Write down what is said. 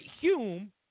Hume